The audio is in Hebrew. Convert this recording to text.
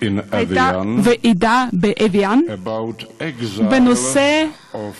הייתה ועידה באוויאן בנושא מחיקתם של